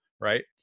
Right